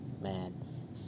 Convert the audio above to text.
man